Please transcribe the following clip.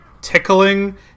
tickling